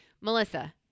Melissa